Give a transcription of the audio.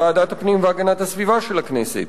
לוועדת הפנים והגנת הסביבה של הכנסת,